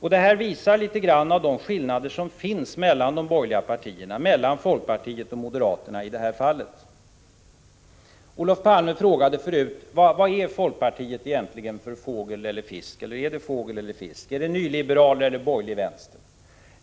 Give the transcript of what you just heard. Detta visar något litet av de skillnader som finns mellan de borgerliga partierna — mellan folkpartiet och moderaterna i det här fallet. Olof Palme frågade förut: Vad är folkpartiet egentligen — är det fågel eller fisk? Är ni nyliberaler eller borgerlig vänster?